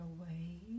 away